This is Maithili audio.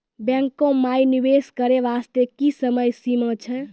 बैंको माई निवेश करे बास्ते की समय सीमा छै?